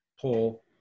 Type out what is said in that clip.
pull